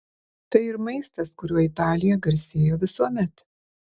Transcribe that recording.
tai ir maistas kuriuo italija garsėjo visuomet